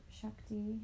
shakti